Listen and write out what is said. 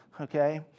Okay